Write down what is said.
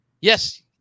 Yes